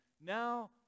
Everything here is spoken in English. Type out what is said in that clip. Now